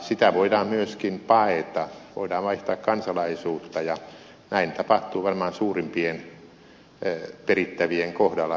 sitä voidaan myöskin paeta voidaan vaihtaa kansalaisuutta ja näin tapahtuu varmaan suurimpien perittävien kohdalla hyvin helposti